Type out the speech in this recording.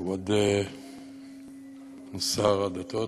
כבוד שר הדתות,